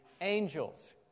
angels